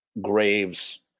Graves